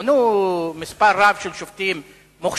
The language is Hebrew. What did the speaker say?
מונה מספר רב של שופטים מוכשרים,